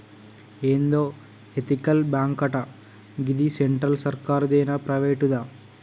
ఏందో ఎతికల్ బాంకటా, గిది సెంట్రల్ సర్కారుదేనా, ప్రైవేటుదా